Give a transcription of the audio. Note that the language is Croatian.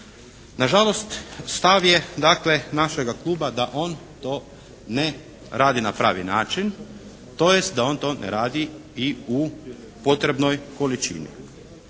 Nažalost stav je dakle našega Kluba da on to ne radi na pravi način tj. da on to ne radi i u potrebnoj količini.